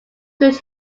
could